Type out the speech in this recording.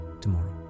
tomorrow